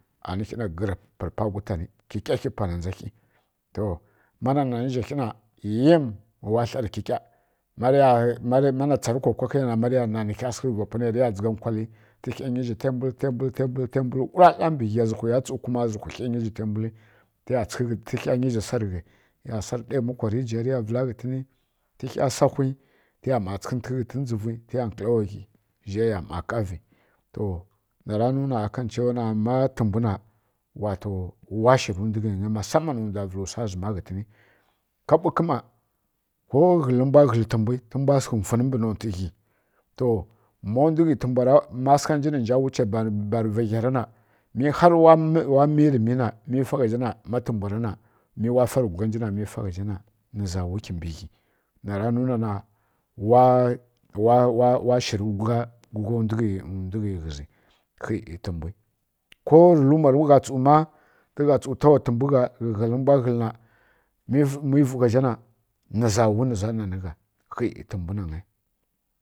Anǝkhǝ zha grǝp rǝ pwa gutani ƙiƙakhi pana ndza khi to mana nanǝ zha khi na ǝyam wa tlarǝ ƙiƙya to mana tsarǝ kwakwakhǝ ya na rǝ kha dzǝgha nnkwali tǝkha nyizhǝ tǝmbul tǝmbul tǝmbul tǝmbul ˈura tai mbǝ ghi ya tǝmbul tǝmbul tǝ kha nyi zhi sarǝ ghai tǝya ɗayamwa ghǝtǝnǝ tǝ kha sawhi tǝya ma tsǝghǝntǝghǝ ghǝntǝn dzuvwi tǝya nkǝlawa ghi zhaiya ma ˈkavǝ to nara nuna akan chewa na ma tǝmbwu na wa shǝrǝ ndwughǝny musaman ndwa vǝlǝ wsa zǝma ghǝtǝn ka ɓukǝ ˈma ko ghǝl rǝ mbwa ghǝl tǝmbwu mbwa sɛghǝ mfwuni mbǝ nontǝ ghi to ma ndwughi tǝmbwarab ma sǝghanji nǝnja wuche barǝ va ghara na mi har wa mirǝ mi na mi fagha zha na ma tǝmbwa ra na mi wa farǝ gwǝglanji na mi fagha na nǝ za wui kimbǝ ghi nara nuna na wa wa wa shǝ́rǝ gwugla ndwughi ghǝzi khi tǝmbwu ko rǝ luma ma rǝgha sǝghǝ tawa tǝmbwu gha ghǝghǝl rǝ mbwa ghǝl na mi vwu gha zha na nǝza wu nǝza nanǝ gha khi tǝmbwu nangyai